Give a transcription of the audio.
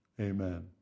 Amen